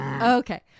Okay